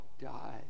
die